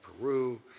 Peru